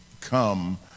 come